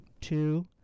two